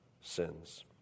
sins